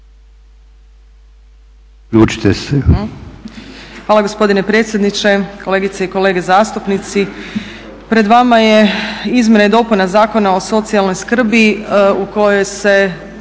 Hvala gospodine predsjedniče. Kolegice i kolege zastupnici. Pred vama je izmjena i dopuna Zakona o socijalnoj skrbi u kojoj se